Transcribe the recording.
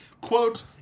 quote